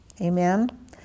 Amen